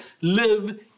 live